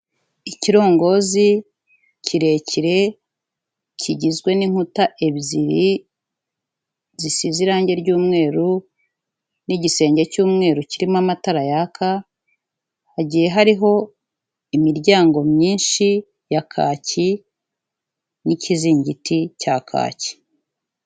Ikirongozi kirekire kigizwe n'inkuta ebyiri, zisize irange ry'umweru n'igisenge cy'umweru kirimo amatara yaka, hagiye hariho imiryango myinshi ya kaki n'ikizingiti cya kaki.